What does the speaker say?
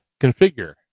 configure